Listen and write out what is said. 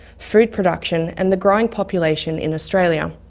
food production and the growing population in australia.